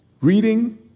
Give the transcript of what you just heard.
Reading